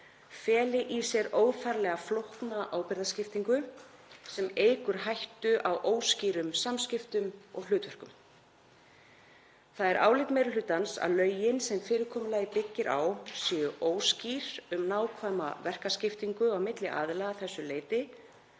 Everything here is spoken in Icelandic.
feli í sér óþarflega flókna ábyrgðarskiptingu sem eykur hættu á óskýrum samskiptum og hlutverkum. Það er álit meiri hlutans að lögin sem fyrirkomulagið byggir á séu óskýr um nákvæma verkaskiptingu á milli aðila að þessu leyti